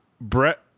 Brett